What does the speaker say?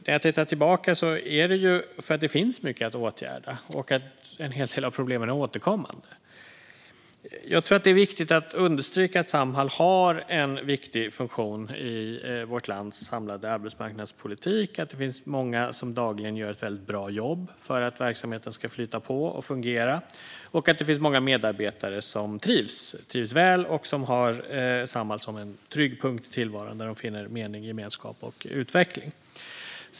När jag tittar tillbaka ser jag att det är för att det finns mycket att åtgärda och att en hel del av problemen är återkommande. Jag tror att det är viktigt att understryka att Samhall har en viktig funktion i vårt lands samlade arbetsmarknadspolitik. Det finns många som dagligen gör ett väldigt bra jobb för att verksamheten ska flyta på och fungera, och det finns många medarbetare som trivs väl och som har Samhall som en trygg punkt i tillvaron där de finner mening, gemenskap och utveckling.